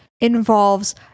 involves